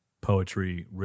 poetry